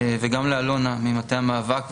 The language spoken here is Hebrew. וגם לאלונה ממטה המאבק.